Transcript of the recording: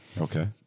Okay